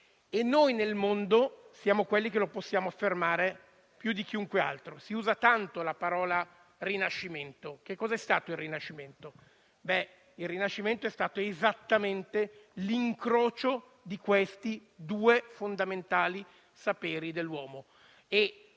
e noi, nel mondo, siamo quelli che possono affermarlo più di chiunque altro. Si usa tanto la parola «rinascimento». Cos'è stato il Rinascimento? È stato esattamente l'incrocio di questi due fondamentali saperi dell'uomo.